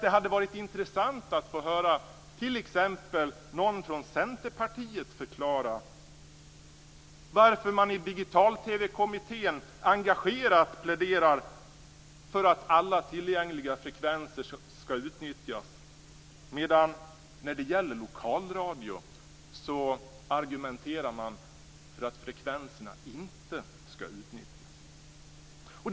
Det hade varit intressant att få höra t.ex. någon från Centerpartiet förklara varför man i Digital-TV-kommittén engagerat pläderar för att alla tillgängliga frekvenser skall utnyttjas, medan man argumenterar för att frekvenserna inte skall utnyttjas när det gäller lokalradio.